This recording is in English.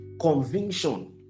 Conviction